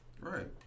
Right